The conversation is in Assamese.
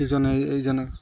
ইজনে এইজনক